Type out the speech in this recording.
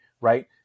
right